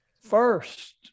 First